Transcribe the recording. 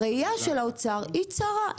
הראייה של האוצר היא צרה,